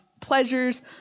pleasures